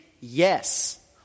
yes